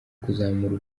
kuzamura